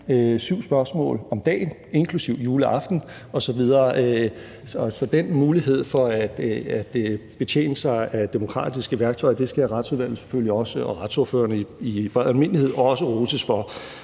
syv spørgsmål om dagen inklusive juleaften osv. Så den mulighed for at betjene sig af demokratiske værktøjer skal Retsudvalget og retsordførerne i bred almindelighed også roses for.